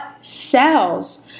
cells